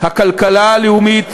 הכלכלה הלאומית